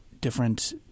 different